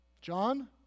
John